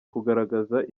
kugaragaza